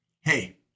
Hey